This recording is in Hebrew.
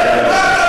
תתבייש,